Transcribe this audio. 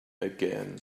again